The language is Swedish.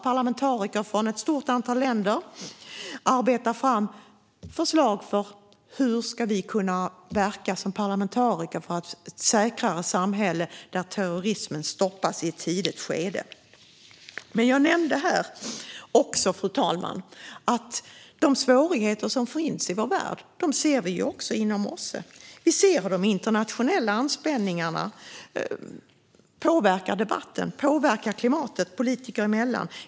Parlamentariker från ett stort antal länder arbetar fram förslag för hur vi, som parlamentariker, ska kunna verka för ett säkrare samhälle där terrorismen stoppas i ett tidigt skede. Fru talman! Jag nämnde här att de svårigheter som finns i vår värld ser vi också inom OSSE. Vi ser hur de internationella anspänningarna påverkar debatten och klimatet politiker emellan.